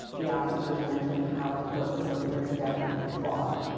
the officers mentioned how the court system is definitely clogged,